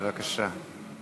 בבקשה.